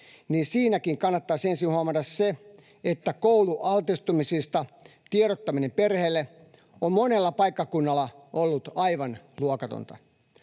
niin siinäkin kannattaisi ensin huomata se, että koulualtistumisista tiedottaminen perheelle on monella paikkakunnalla ollut aivan luokatonta.